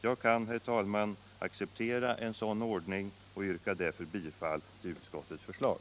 Jag kan, herr talman, acceptera en sådan ordning och yrkar därför bifall till utskottets förslag.